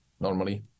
normally